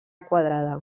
quadrada